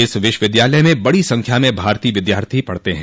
इस विश्वविद्यालय में बड़ी संख्या में भारतीय विद्यार्थी पढ़ते हैं